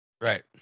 Right